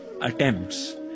attempts